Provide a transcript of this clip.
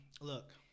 look